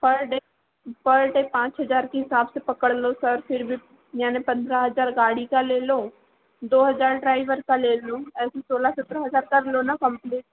पर day per day पाँच हज़ार के हिसाब से पकड़ लो सर फिर भी यानी पंद्रह हज़ार गाड़ी का ले लो दो हज़ार ड्राइवर का ले लो ऐ सी सोलह सत्रह हज़ार कर लो ना कंप्लीट